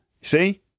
See